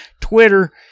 Twitter